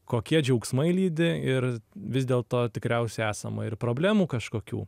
kokie džiaugsmai lydi ir vis dėlto tikriausiai esama ir problemų kažkokių